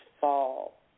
fall